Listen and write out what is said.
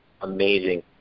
amazing